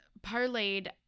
parlayed